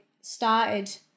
started